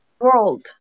world